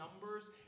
numbers